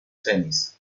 tennis